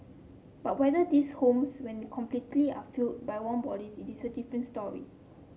but whether these homes when completed are filled by warm bodies is a different story